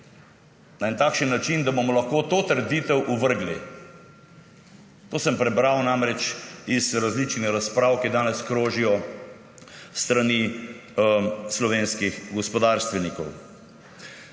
na en takšen način, da bomo lahko to trditev ovrgli. To sem prebral namreč iz različnih razprav, ki danes krožijo s strani slovenskih gospodarstvenikov.